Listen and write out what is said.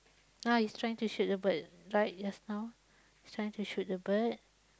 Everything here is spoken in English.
ah he's trying to shoot the bird right just now trying to shoot the bird